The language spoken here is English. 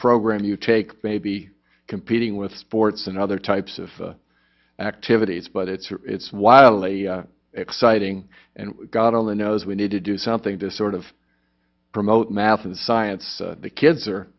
program you take may be competing with sports and other types of activities but it's it's wildly exciting and god only knows we need to do something to sort of promote math and science the kids are